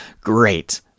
Great